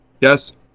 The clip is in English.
yes